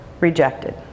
rejected